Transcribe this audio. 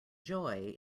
joy